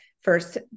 first